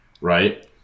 Right